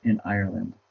and ireland